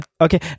okay